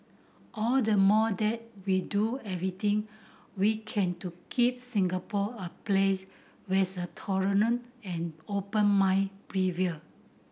all the more that we do everything we can to keep Singapore a place where's the tolerance and open mind prevail